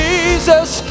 Jesus